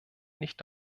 nicht